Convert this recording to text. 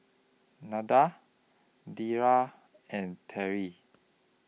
Nilda Deidre and Terrie